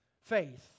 faith